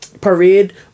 Parade